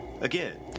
Again